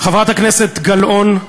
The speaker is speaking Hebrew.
חברת הכנסת גלאון,